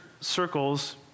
circles